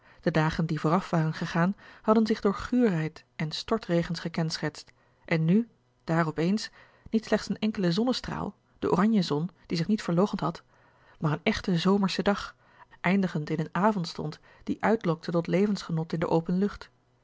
de dagen die vooraf waren gegaan hadden zich door guurheid en stortregens gekenschetst en nu daar op eens niet slechts een enkele zonnestraal de oranjezon die zich niet verloochend had maar een echte zomersche dag eindigend in een avondstond die uitlokte tot levensgenot in de open lucht